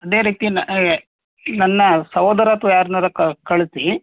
ಅದೇ ರೀತಿ ನಾ ಏ ನನ್ನ ಸಹೋದರ ಅಥ್ವಾ ಯಾರ್ನಾರೂ ಕಳಿಸಿ